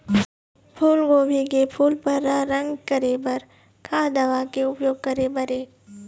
फूलगोभी के फूल पर्रा रंग करे बर का दवा के उपयोग करे बर ये?